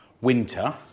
winter